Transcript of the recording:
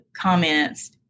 comments